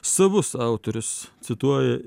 savus autorius cituoja